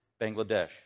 Bangladesh